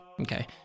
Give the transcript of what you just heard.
Okay